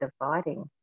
dividing